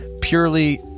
purely